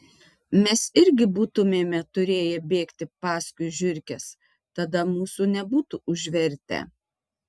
mes irgi būtumėme turėję bėgti paskui žiurkes tada mūsų nebūtų užvertę